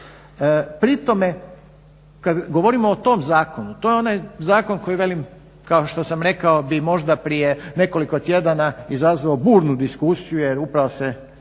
Pri tome kad govorimo o tom zakonu to je onaj zakon koji kao što sam rekao bi možda prije nekoliko tjedana izazvao burnu diskusiju jer upravo se